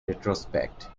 retrospect